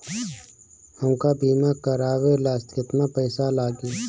हमका बीमा करावे ला केतना पईसा लागी?